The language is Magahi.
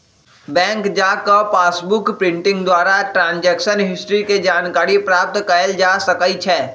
बैंक जा कऽ पासबुक प्रिंटिंग द्वारा ट्रांजैक्शन हिस्ट्री के जानकारी प्राप्त कएल जा सकइ छै